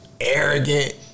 arrogant